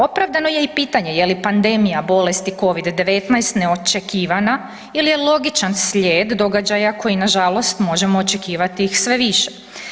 Opravdano je i pitanje je li pandemija bolesti COVID-19 neočekivana ili je logičan slijed događaja koji nažalost možemo očekivati ih sve više?